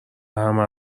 همه